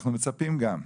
אנחנו מצפים גם,